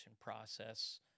process